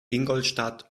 ingolstadt